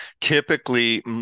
typically